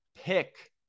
pick